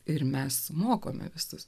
ir mes mokome visus